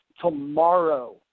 tomorrow